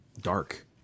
dark